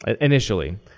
initially